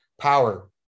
power